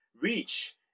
reach